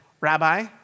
Rabbi